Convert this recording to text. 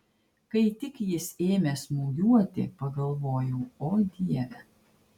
kai tik jis ėmė smūgiuoti pagalvojau o dieve